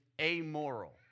amoral